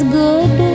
good